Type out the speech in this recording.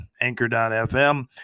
Anchor.fm